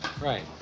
Right